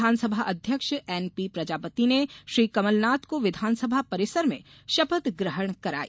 विधानसभा अध्यक्ष एनपी प्रजापति ने श्री कमलनाथ को विधानसभा परिसर में शपथ ग्रहण कराई